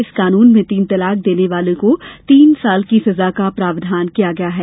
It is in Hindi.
इस कानून में तीन तलाक देने वाले को तीन साल की सजा का प्रावधान किया गया है